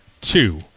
two